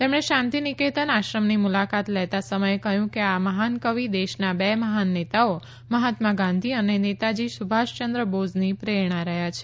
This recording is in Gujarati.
તેમણે શાંતી નિકેતન આશ્રમની મુલાકાત લેતા સમયે કહયું કે આ મહાન કવિ દેશના બે મહાન નેતાઓ મહાત્મા ગાંધી અને નેતાજી સુભાષયંદ્ર બોઝની પ્રેરણા રહયાં છે